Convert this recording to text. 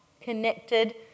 connected